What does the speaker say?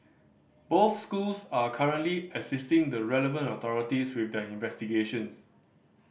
both schools are currently assisting the relevant authorities with their investigations